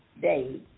day